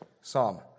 psalm